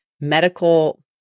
medical